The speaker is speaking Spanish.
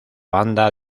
banda